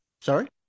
Sorry